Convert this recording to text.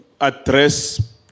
address